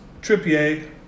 Trippier